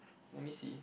let me see